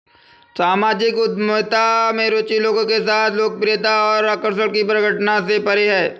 सामाजिक उद्यमिता में रुचि लोगों के साथ लोकप्रियता और आकर्षण की परिघटना से परे है